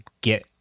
get